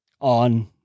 on